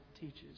teaches